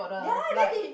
ya then they spread they